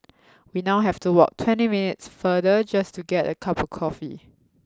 we now have to walk twenty minutes farther just to get a cup of coffee